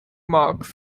marks